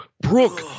Brooke